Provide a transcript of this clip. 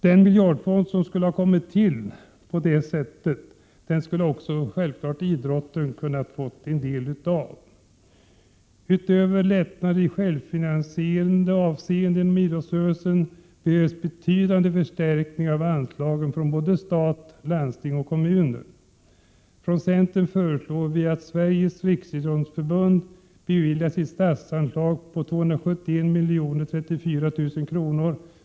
Den miljardfond som skulle kommit till på det sättet skulle självfallet också ha kommit idrotten till del. Utöver lättnader i självfinansierande avseende inom idrottsrörelsen behövs betydande förstärkningar av anslagen från både stat, landsting och kommuner. Från centern föreslår vi att Sveriges riksidrottsförbund beviljas ett statsanslag på 271 034 000 kr.